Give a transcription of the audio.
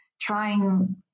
trying